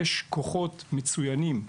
יש כוחות מצוינים שם.